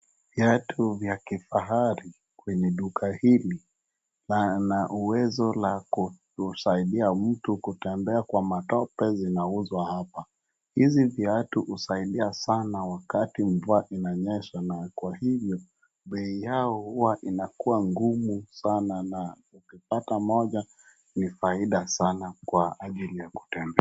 Viatu vya kifahari kweney duka hili, na lina uwezo wa kusaidia mtu kutembea kwa matope zinauzwa hapa. Hizi viatu husaidia sana wakati mvua inanyesha na kwa hivyo bei yao huwa inakuwa ngumu sana na ukipata moja ni faida sana kwa ajili ya kutembea.